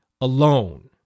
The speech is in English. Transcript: alone